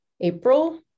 April